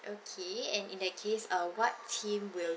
okay and in that case uh what theme will